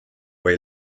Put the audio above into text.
või